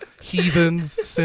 heathens